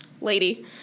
lady